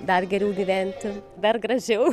dar geriau gyventi dar gražiau